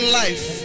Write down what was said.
life